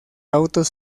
autos